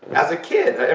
as a kid, and